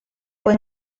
fue